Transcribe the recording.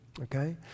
okay